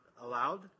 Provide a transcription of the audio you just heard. allowed